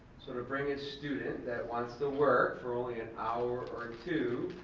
sort of bring a student that wants to work for only an hour or two,